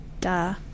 Duh